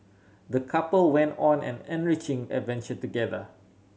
the couple went on an enriching adventure together